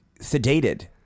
sedated